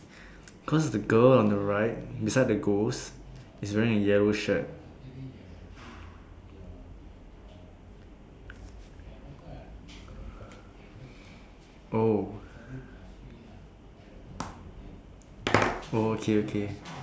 because the girl on the right beside the ghost is wearing a yellow shirt